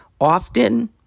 often